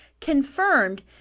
confirmed